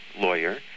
lawyer